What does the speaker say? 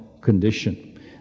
condition